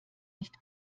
nicht